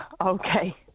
Okay